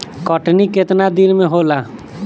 कटनी केतना दिन मे होला?